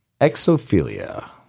exophilia